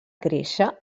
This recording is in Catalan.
créixer